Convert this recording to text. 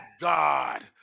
God